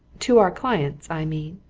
to our clients, i mean?